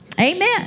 Amen